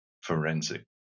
forensic